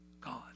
God